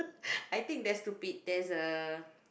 I think that's stupid there is a